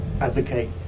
advocate